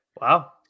Wow